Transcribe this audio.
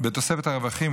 בתוספת הרווחים,